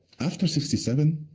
after sixty seven,